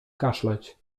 kaszleć